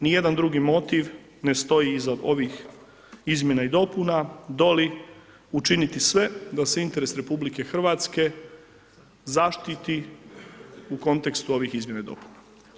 Nijedna drugi motiv ne stoji iza ovih izmjena i dopuna doli učiniti sve da se interes RH zaštititi u kontekstu ovih izmjena i dopuna.